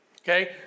Okay